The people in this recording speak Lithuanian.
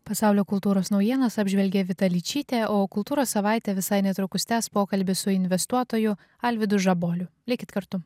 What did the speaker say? pasaulio kultūros naujienas apžvelgė vita ličytė o kultūros savaitę visai netrukus tęs pokalbis su investuotoju alvydu žaboliu likit kartu